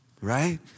right